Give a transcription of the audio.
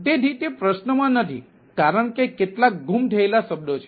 તેથી તે પ્રશ્નમાં નથી કારણ કે કેટલાક ગુમ થયેલા શબ્દો છે